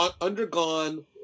undergone